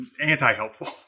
anti-helpful